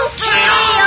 Okay